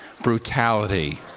brutality